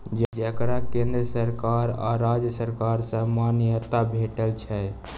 जकरा केंद्र सरकार आ राज्य सरकार सँ मान्यता भेटल छै